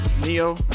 Neo